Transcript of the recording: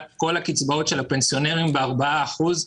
כל הקצבאות של הפנסיונרים ב-4 אחוזים.